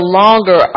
longer